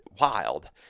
wild